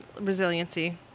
resiliency